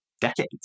decades